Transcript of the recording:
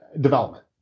development